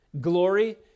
glory